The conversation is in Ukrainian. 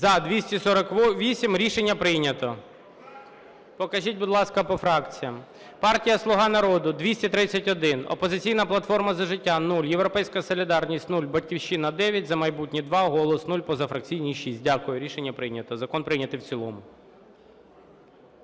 За-248 Рішення прийнято. Покажіть, будь ласка, по фракціям. Партія "Слуга народу" – 231, "Опозиційна платформа - За життя" – 0, "Європейська солідарність" – 0, "Батьківщина" – 9, "За майбутнє" – 2, "Голос" – 0, позафракційні – 6. Дякую. Рішення прийнято. Закон прийнятий в цілому.